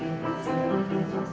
you know